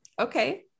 Okay